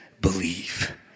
believe